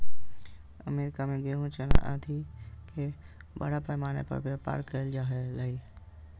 America में गेहूँ, चना आदि के बड़ा पैमाना पर व्यापार कइल जा हलय